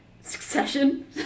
Succession